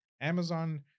amazon